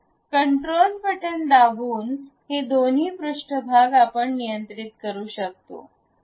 control button दाबून हे दोन्ही पृष्ठभाग आपण नियंत्रित करू शकतो